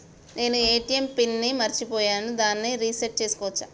నేను ATM pin ని మరచిపోయాను దాన్ని రీ సెట్ చేసుకోవచ్చా?